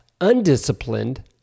undisciplined